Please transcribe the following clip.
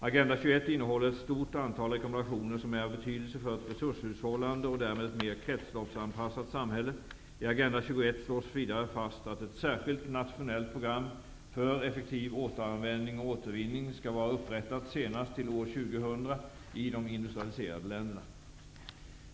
Agenda 21 innehåller ett stort antal rekommendationer som är av betydelse för ett resurshusshållande och därmed ett mer kretsloppsanpassat samhället. I Agenda 21 slås vidare fast att ett särskilt nationellt program för effektiv återanvändning och återvinning skall vara upprättat senast till år 2000 i de industrialiserade länderna.